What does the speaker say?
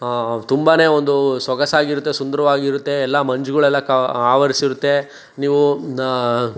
ತುಂಬನೇ ಒಂದು ಸೊಗಸಾಗಿರುತ್ತೆ ಸುಂದರವಾಗಿರುತ್ತೆ ಎಲ್ಲ ಮಂಜುಗಳೆಲ್ಲ ಕ ಆವರಿಸಿರುತ್ತೆ ನೀವು